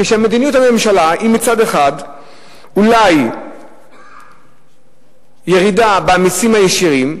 כשמדיניות הממשלה היא מצד אחד אולי ירידה במסים הישירים,